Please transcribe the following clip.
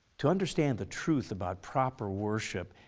to understand the truth about proper worship.